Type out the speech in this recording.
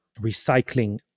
recycling